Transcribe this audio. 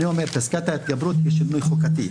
אני אומר שפסקת ההתגברות היא שינוי חוקתי.